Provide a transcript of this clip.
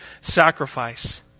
sacrifice